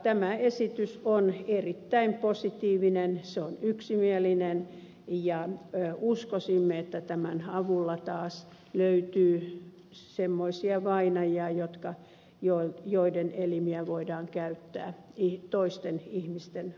tämä esitys on erittäin positiivinen se on yksimielinen ja uskoisimme että tämän avulla taas löytyy semmoisia vainajia joiden elimiä voidaan käyttää toisten ihmisten auttamiseksi